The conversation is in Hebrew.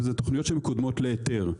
ואלה תכניות שמקודמות להיתר.